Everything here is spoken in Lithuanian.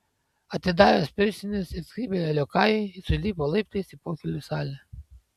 atidavęs pirštines ir skrybėlę liokajui jis užlipo laiptais į pokylių salę